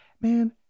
man